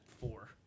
four